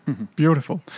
Beautiful